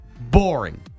boring